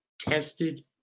tested